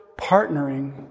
partnering